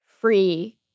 free